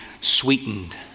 sweetened